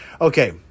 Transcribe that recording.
Okay